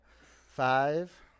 Five